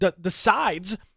decides